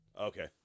Okay